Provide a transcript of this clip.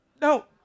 No